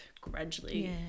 gradually